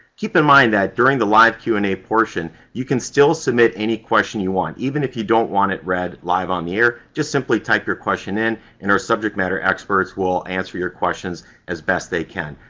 keep in mind that during the live q and a portion, you can still submit any question you want, even if you don't want it read live on the air. just simply type your question in and our subject-matter experts will answer your questions as best they can.